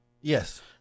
Yes